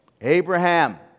Abraham